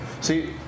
See